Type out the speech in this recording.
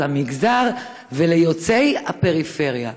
ליוצאי אתיופיה, למגזר, וליוצאי הפריפריה.